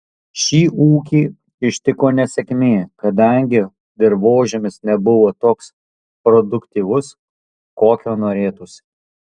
šį ūkį ištiko nesėkmė kadangi dirvožemis nebuvo toks produktyvus kokio norėtųsi